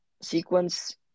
sequence